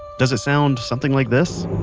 does it sound something like this?